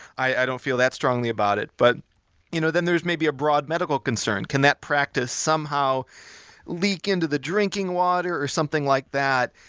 i don't feel that strongly about it. but you know then there's maybe a broad medical concern. can that practice somehow leak into the drinking water or something like that?